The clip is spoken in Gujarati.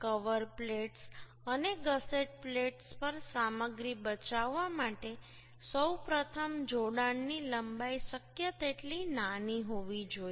કવર પ્લેટ્સ અને ગસેટ પ્લેટ્સ પર સામગ્રી બચાવવા માટે સૌ પ્રથમ જોડાણની લંબાઈ શક્ય તેટલી નાની હોવી જોઈએ